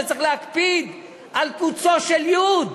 שצריך להקפיד על קוצו של יו"ד.